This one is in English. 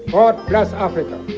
god bless africa.